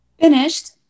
Finished